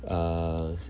uh